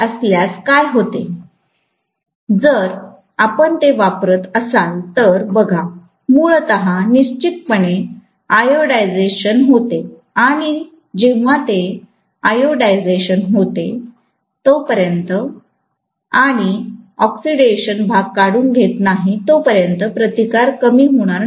professor जर आपण ते वापरत असाल तर बघा मूलत निश्चितपणे ऑक्सिडायझेशन होते आणि जेव्हा ते ऑक्सिडायझेशन होते जोपर्यंत आपण ऑक्सिडेशन भाग काढून घेत नाही तो पर्यंत प्रतिकार कमी होणार नाही